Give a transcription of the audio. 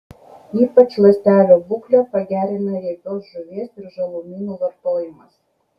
ypač ląstelių būklę pagerina riebios žuvies ir žalumynų vartojimas